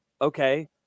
Okay